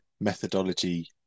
methodology